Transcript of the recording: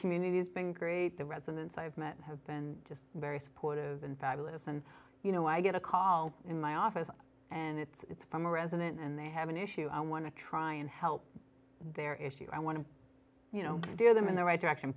community's been great the residents i've met have been just very supportive and fabulous and you know i get a call in my office and it's from a resident and they have an issue i want to try and help their issue i want to you know steer them in the right direction